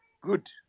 Good